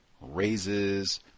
raises